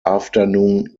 afternoon